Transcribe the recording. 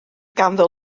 ganddo